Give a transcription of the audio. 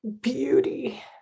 beauty